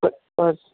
बरं पण